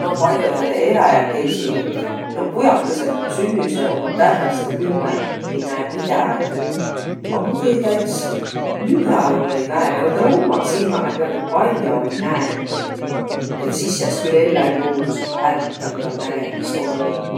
No pall'odõl eläjäkeisil nu pujakõsõq ku sünnüseq, ommaq tävveste pümmeq, ei näeq midägiq. A mu teedäq iks mügräl olõ-i väega aga täl ommaq silmäq, agaq ega tä pall'o ei näeq. Et sis jääs külq elläi luudusõh hättä, ku täl nägemist olõ õiq.